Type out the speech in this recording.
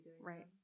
Right